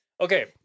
okay